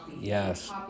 yes